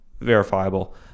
verifiable